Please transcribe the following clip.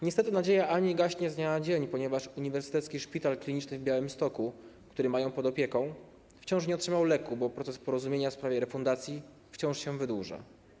Niestety, nadzieja Ani gaśnie z dnia na dzień coraz bardziej, ponieważ Uniwersytecki Szpital Kliniczny w Białymstoku, który ma ją pod opieką, wciąż nie otrzymał leku, bo proces porozumienia w sprawie refundacji wciąż się wydłuża.